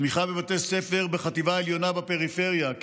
תמיכה בבתי ספר בחטיבה העליונה בפריפריה,